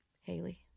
Haley